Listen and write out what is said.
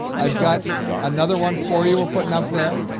i've got another one for you. we're putting up there